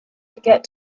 forget